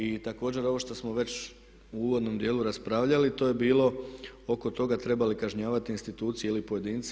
I također ovo što smo već u uvodnom dijelu raspravljali to je bilo oko toga treba li kažnjavati institucije ili pojedince.